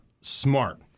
smart